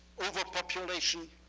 overpopulation,